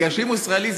כי אם הוא ישראלי,